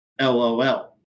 LOL